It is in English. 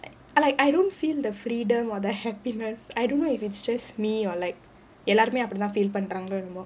I like I don't feel the freedom or the happiness I don't know if it's just me or like எல்லார்க்குமே அப்படிதா:ellaarkkumae appadidhaa feel பண்றாங்களோ என்னமோ:pandraangalo ennamo